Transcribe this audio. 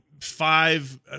five